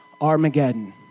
Armageddon